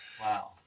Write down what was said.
Wow